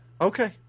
Okay